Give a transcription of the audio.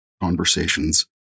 conversations